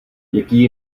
jaký